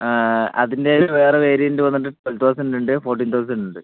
അതിൻ്റെ ഒരു വേറെ വേരിയൻ്റ് വന്നിട്ട് റ്റൊൽ തൗസൻ്റുണ്ട് ഫോർട്ടീൻ തൗസൻ്റുണ്ട്